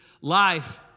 life